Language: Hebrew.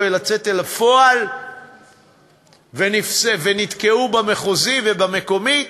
לצאת אל הפועל ונתקעו במחוזי ובמקומי.